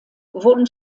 wurden